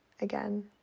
again